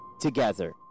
together